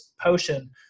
potion